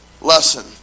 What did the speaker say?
lesson